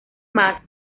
más